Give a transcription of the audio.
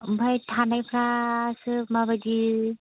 ओमफ्राय थानायफ्रासो माबायदि